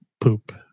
poop